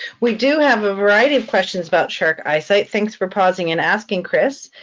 we do have a variety of questions about shark eyesight. thanks for pausing and asking chris.